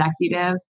executive